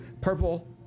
purple